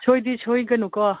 ꯁꯣꯏꯗꯤ ꯁꯣꯏꯒꯅꯨꯀꯣ